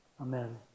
Amen